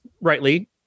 rightly